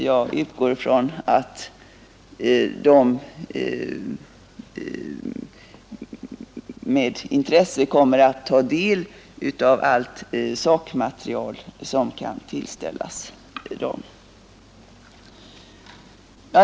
Jag utgår ifrån att kommittén med intresse kommer att ta del av allt sakmaterial som kan tillställas den.